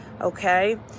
Okay